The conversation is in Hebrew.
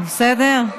בסדר?